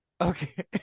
Okay